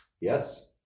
Yes